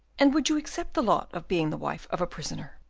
and would you accept the lot of being the wife of a prisoner?